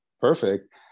perfect